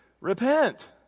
Repent